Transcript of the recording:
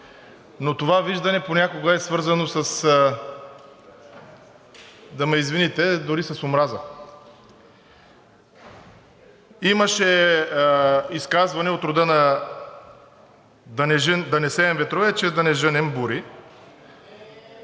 но това виждане понякога е свързано, да ме извините, дори с омраза. Имаше изказване от рода на „Да не сеем ветрове, че да не жънем бури.“